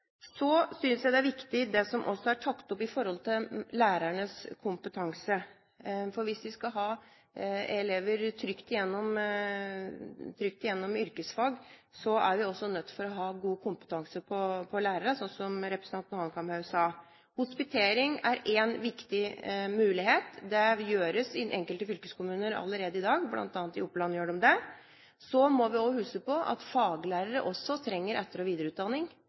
Så synes jeg det som er tatt opp om lærernes kompetanse, også er viktig, for hvis vi skal få elever trygt igjennom yrkesfagutdanningen, er vi også nødt til å ha god kompetanse hos lærere, som representanten Hanekamhaug sa. Å hospitere er én viktig mulighet. Det gjøres i enkelte fylkeskommuner i dag. Blant annet gjør de det i Oppland. Så må vi huske på at faglærere også trenger etter- og videreutdanning. Jeg tror det er veldig viktig at fylkeskommunene har med seg det når de tenker etter- og videreutdanning.